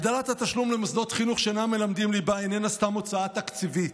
הגדלת התשלום למוסדות חינוך שאינם מלמדים ליבה איננה סתם הוצאה תקציבית.